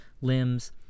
limbs